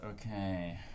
Okay